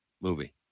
movie